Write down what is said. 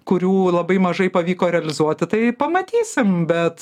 kurių labai mažai pavyko realizuoti tai pamatysim bet